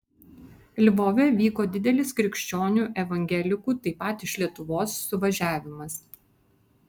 lvove vyko didelis krikščionių evangelikų taip pat iš lietuvos suvažiavimas